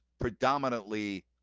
predominantly